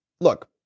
look